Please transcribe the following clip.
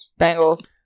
Bengals